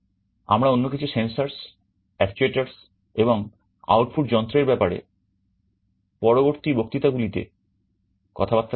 আমরা অন্য কিছু সেনসর্স এবং আউটপুট যন্ত্রের ব্যাপারে পরবর্তী বক্তৃতা গুলিতে কথা বার্তা চালিয়ে যাব